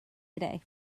today